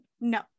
no